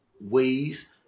ways